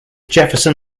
jefferson